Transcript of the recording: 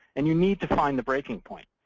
and you need to find the breaking point.